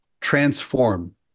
transform